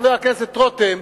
חבר הכנסת רותם,